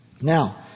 Now